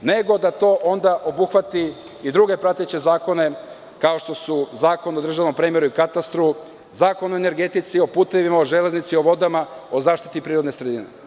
nego da to onda obuhvati i druge prateće zakone kao što su Zakon o državnom premeru i katastru, Zakon o energetici, o putevima, o železnici, o vodama, o zaštiti prirodne sredine.